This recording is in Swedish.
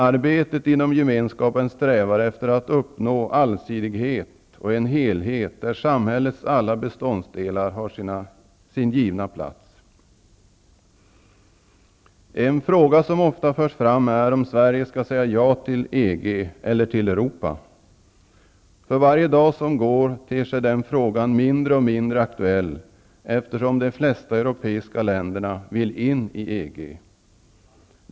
Arbetet inom Gemenskapen strävar efter att uppnå allsidighet och en helhet, där samhällets alla beståndsdelar har sin givna plats. En fråga som ofta förs fram är om Sverige skall säga ja till EG eller till Europa. För varje dag som går ter sig den frågan mindre och mindre aktuell, eftersom de flesta europeiska länderna vill in i EG.